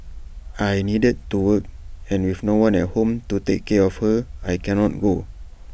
I needed to work and with no one at home to take care of her I can not go